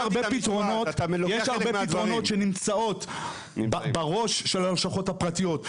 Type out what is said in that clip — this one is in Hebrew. פתרונות שנמצאים בראש של הלשכות הפרטיות.